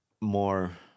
more